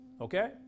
Okay